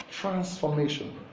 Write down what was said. transformation